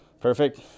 Perfect